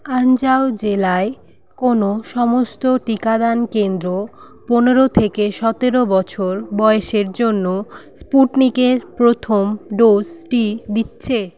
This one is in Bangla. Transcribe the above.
আনজাও জেলায় কোনো সমস্ত টিকাদান কেন্দ্র পনেরো থেকে সতেরো বছর বয়সের জন্য স্পুটনিকের প্রথম ডোজটি দিচ্ছে